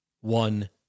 one